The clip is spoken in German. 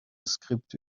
skripte